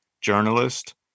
journalist